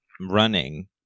running